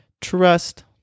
trust